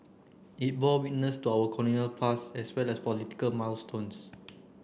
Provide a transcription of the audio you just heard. it bore witness to our colonial past as well as political milestones